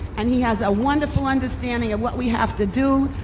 and he has a wonderful understanding of what we have to do,